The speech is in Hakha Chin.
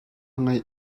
ngeih